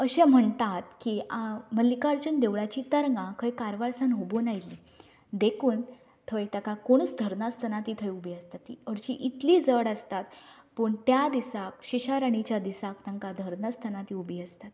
अशें म्हणटात की मल्लिकार्जुन देवळाची तरंगा खंय कारवार सावन हुबून आयली देखून थंय ताका कोणूच धरनासतना ती थंय उबी आसता ती हरशीं ती इतली जड आसता पूण त्या दिसा शिशाराणीच्या दिसाक तांकां धरनासतना ती उबी आसता